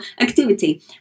activity